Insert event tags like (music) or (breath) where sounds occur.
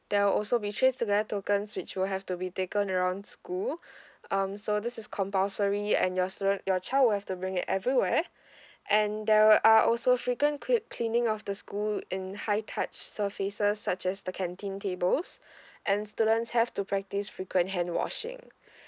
there are also be TraceTogether tokens which will have to be taken around school (breath) um so this is compulsory and your student your child will have to bring it everywhere (breath) and there will uh also frequent cre~ cleaning of the school in high touch surfaces such as the canteen tables (breath) and students have to practice frequent hand washing (breath)